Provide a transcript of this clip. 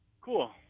Cool